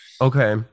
okay